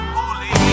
holy